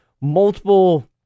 multiple